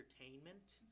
entertainment